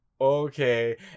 Okay